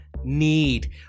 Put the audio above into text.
need